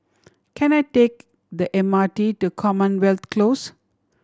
can I take the M R T to Commonwealth Close